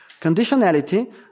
Conditionality